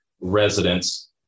residents